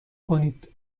کنید